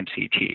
MCT